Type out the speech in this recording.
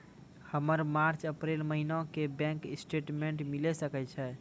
हमर March April महीना के बैंक स्टेटमेंट मिले सकय छै?